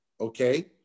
okay